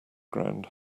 ground